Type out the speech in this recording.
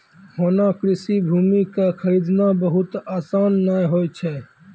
होना कृषि भूमि कॅ खरीदना बहुत आसान नाय होय छै